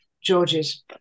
George's